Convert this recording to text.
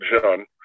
John